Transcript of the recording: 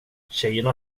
tjejerna